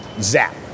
Zap